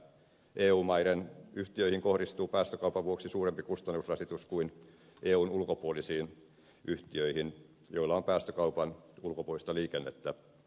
eu maiden yhtiöihin kohdistuu päästökaupan vuoksi suurempi kustannusrasitus kuin eun ulkopuolisiin yhtiöihin joilla on päästökaupan ulkopuolista liikennettä